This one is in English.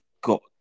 got